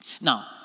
Now